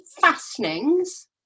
fastenings